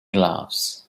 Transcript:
laughs